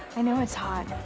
i know it's hot.